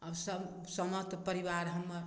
आब सब समस्त परिवार हमर